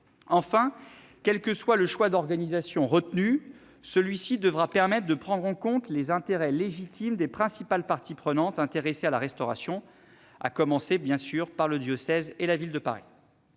quel que soit le choix d'organisation qui sera retenu, il devra permettre de prendre en compte les intérêts légitimes des principales parties prenantes intéressées à la restauration, notamment le diocèse et la Ville de Paris.